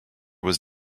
was